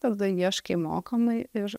tada ieškai mokamai ir